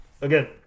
again